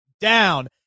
down